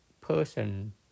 person